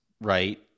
right